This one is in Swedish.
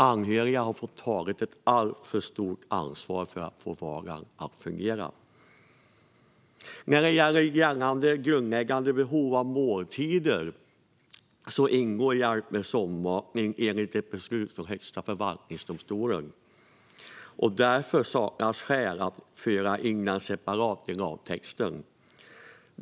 Anhöriga har fått ta ett alltför stort ansvar för att få vardagen att fungera. För det grundläggande behovet måltider ingår hjälp med sondmatning, enligt ett beslut från Högsta förvaltningsdomstolen. Därför saknas skäl att föra in detta separat i lagtexten.